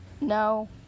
No